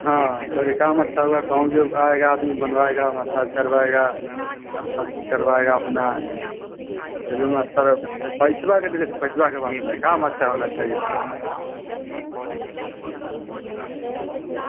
हाँ सर यह काम अच्छा होगा कौन जो आएगा आदमी बनवाएगा मसाज करवाएगा और चीज़ करवाएगा अपना सैलून अच्छा पैसा के अभी देखिए पैसा की बात नहीं काम अच्छा होना चाहिए